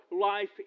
life